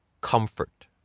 comfort